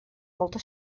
molta